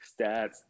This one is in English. stats